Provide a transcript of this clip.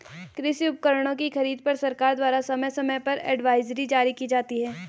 कृषि उपकरणों की खरीद पर सरकार द्वारा समय समय पर एडवाइजरी जारी की जाती है